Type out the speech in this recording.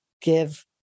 give